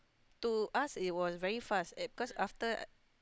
to us it was very fast because after